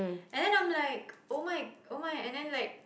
and then I'm like oh my oh my and then like